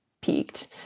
peaked